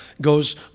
goes